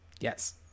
Yes